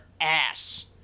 ass